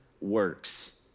works